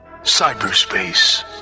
Cyberspace